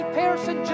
person